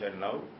now